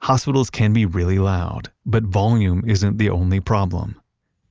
hospitals can be really loud, but volume isn't the only problem